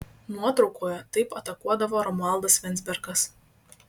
nuotraukoje taip atakuodavo romualdas venzbergas